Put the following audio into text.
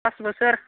pass बोसोर